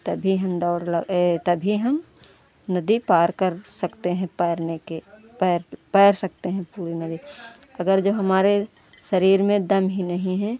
तभी हम दौड़ लगा तभी हम नदी पार कर सकते हैं तैरने के तैर सकते हैं नदी अगर जब हमारे शरीर में दम ही नहीं है